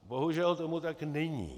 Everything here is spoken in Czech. Bohužel tomu tak není.